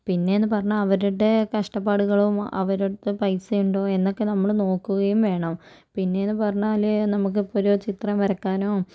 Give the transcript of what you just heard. പിന്നേന്ന് പറഞ്ഞാൽ അവരുടെ കഷ്ടപ്പാടുകളും അവരടുത്ത് പൈസയുണ്ടോ എന്നൊക്കെ നമ്മള് നോക്കുകയും വേണം പിന്നേന്ന് പറഞ്ഞാല് നമുക്ക് ഇപ്പോൾ ഒരു ചിത്രം വരാക്കാനോ